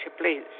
please